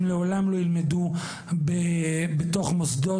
הם לעולם לא ילמדו בתוך מוסדות,